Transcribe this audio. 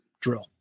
drill